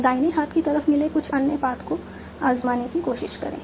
दाहिने हाथ की तरफ मिले कुछ अन्य पाथ को आज़माने की कोशिश करें